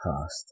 past